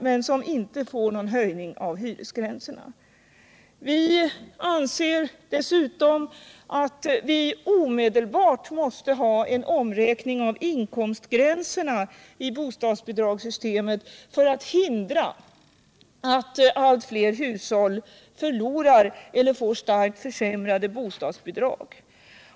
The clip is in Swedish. Dessutom anser vi att det omedelbart måste göras en omräkning av inkomstgränserna i bostadsbidragssystemet för att hindra att allt fler hushåll förlorar eller får starkt försämrade bostadsbidrag.